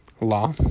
law